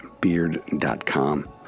beard.com